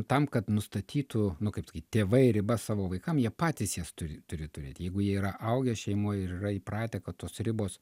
tam kad nustatytų nu kaip sakyt tėvai ribas savo vaikam jie patys jas turi turi turėt jeigu jie yra augę šeimoj ir yra įpratę kad tos ribos